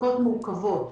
בבדיקות מורכבות,